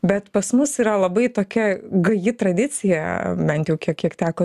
bet pas mus yra labai tokia gaji tradicija bent jau kiek kiek teko